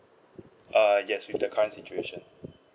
err yes with the current situation